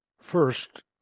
First